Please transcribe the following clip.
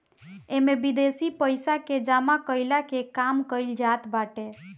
इमे विदेशी पइसा के जमा कईला के काम कईल जात बाटे